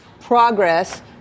progress